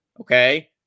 Okay